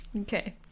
Okay